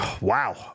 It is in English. Wow